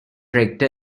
rector